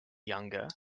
younger